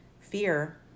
fear